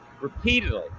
Repeatedly